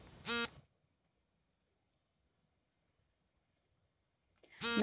ನನಗೆ ಸಾಲ ದೊರೆಯಲು ಸಲ್ಲಿಸಬೇಕಾದ ದಾಖಲೆಗಳಾವವು?